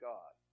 God